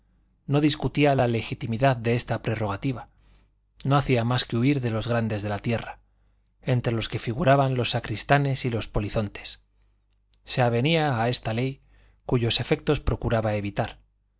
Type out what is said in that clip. no discutía la legitimidad de esta prerrogativa no hacía más que huir de los grandes de la tierra entre los que figuraban los sacristanes y los polizontes se avenía a esta ley cuyos efectos procuraba evitar